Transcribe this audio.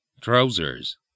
trousers